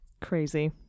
crazy